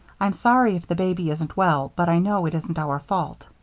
i'm sorry if the baby isn't well, but i know it isn't our fault.